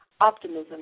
optimism